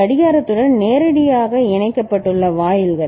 கடிகாரத்துடன் நேரடியாக இணைக்கப்பட்டுள்ள வாயில்கள்